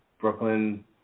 Brooklyn